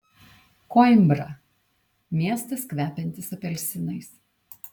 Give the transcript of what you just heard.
koimbra miestas kvepiantis apelsinais